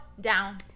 Down